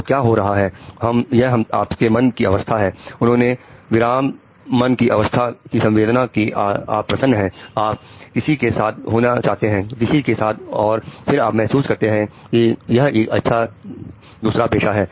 तो क्या हो रहा है यह आपके मन की अवस्था है उन्हें विराम मन की अवस्था की संवेदना की आप प्रसन्न है आप किसी के साथ होना चाहते हैं किसी के साथ और फिर आप महसूस करते हैं कि यह एक अच्छा दूसरा पेशा है